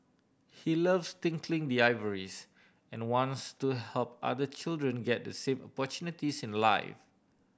he loves tinkling the ivories and wants to help other children get the same opportunities in life